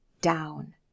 down